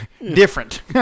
different